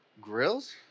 Grills